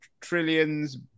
trillions